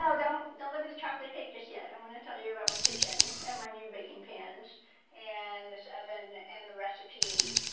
don't don't look at the chocolate cake just yet, i want to tell you about my kitchen and my new baking pans and this oven and the recipe.